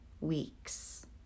weeks